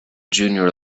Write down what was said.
junior